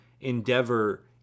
endeavor